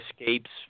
escapes